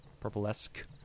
purple-esque